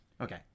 Okay